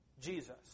Jesus